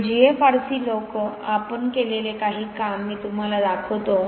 आणि GFRC लोक आपण केलेले काही काम मी तुम्हाला दाखवतो